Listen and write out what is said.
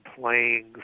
playing